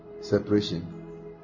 separation